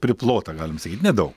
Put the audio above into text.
priplota galim sakyt nedaug